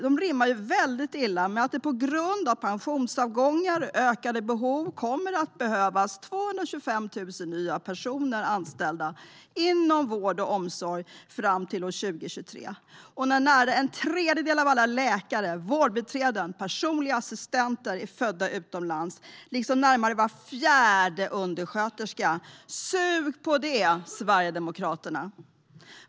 Detta rimmar illa med att det på grund av pensionsavgångar och ökade behov kommer att behövas 225 000 nya anställda inom vård och omsorg fram till år 2023. Nära en tredjedel av alla läkare, vårdbiträden och personliga assistenter är födda utomlands, liksom närmare var fjärde undersköterska. Sug på det, Sverigedemokraterna!